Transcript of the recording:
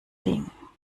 ding